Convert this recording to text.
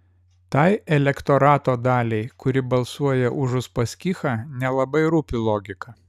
tai elektorato daliai kuri balsuoja už uspaskichą nelabai rūpi logika